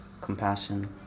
compassion